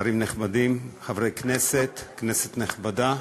שרים נכבדים, כנסת נכבדה,